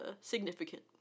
significant